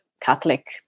catholic